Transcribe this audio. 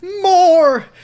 more